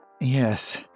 Yes